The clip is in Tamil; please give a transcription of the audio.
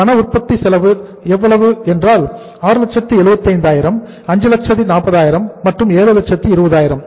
பண உற்பத்தி செலவு எவ்வளவு 675000 540000 மற்றும் 720000